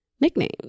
nickname